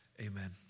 Amen